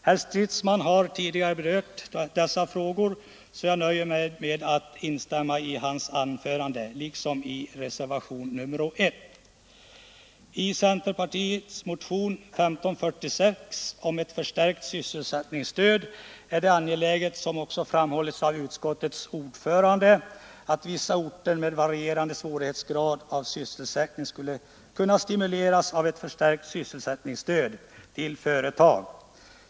Herr Stridsman har tidigare berört dessa frågor, så jag nöjer mig med att instämma i hans anförande liksom i reservationen 1. Beträffande centermotionen 1546 om förstärkt sysselsättningsstöd vill jag betona att det är angeläget, som också framhållits av utskottets ordförande, att vissa orter med varierande sysselsättningssvårigheter skulle kunna stimuleras av ett förstärkt sysselsättningsstöd till företagen.